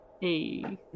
hey